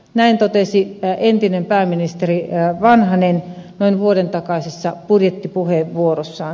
näin totesi entinen pääministeri vanhanen noin vuoden takaisessa budjettipuheenvuorossaan